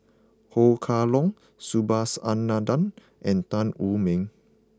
Ho Kah Leong Subhas Anandan and Tan Wu Meng